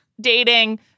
dating